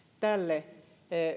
tälle